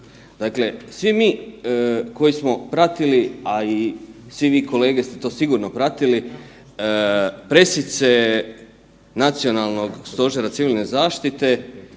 dakle svi mi koji smo pratili, a i svi vi kolege ste to sigurno pratili pressice Nacionalnog stožera civilne zaštite